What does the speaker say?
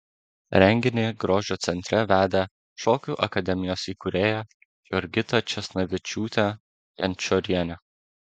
renginį grožio centre vedė šokių akademijos įkūrėja jurgita česnavičiūtė jančorienė